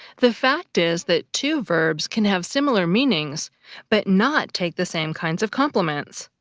the fact is that two verbs can have similar meanings but not take the same kinds of complements.